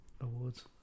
Awards